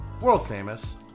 world-famous